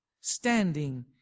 standing